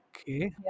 Okay